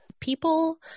People